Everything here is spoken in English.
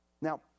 Now